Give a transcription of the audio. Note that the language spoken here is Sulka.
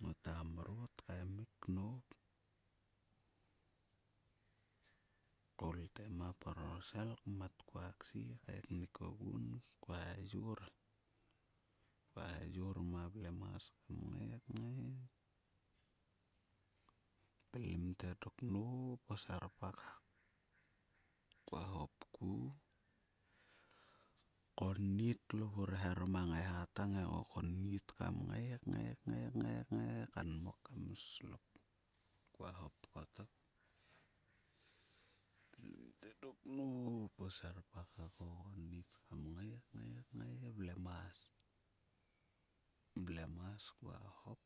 ngota mrot maimi knop. Koul ngtr ma prorosel knat kua ksie kaeknik pis kuon to kyayor. Kua yayor ma vlemas kam kngai pilim to dok te dok nop o serpak hak. Kua hop konnit lokat kaeharom a ngaiha tang ko gi konnit. Kam ngai kngai ngai kanmok kam slok. Kua hop kottok pilim te dok nop o serpak hak. Ko konnit kam ngai kngai velmas kua hop.